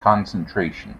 concentration